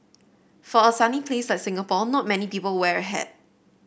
for a sunny place like Singapore not many people wear a hat